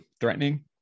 threatening